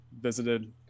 visited